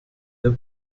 der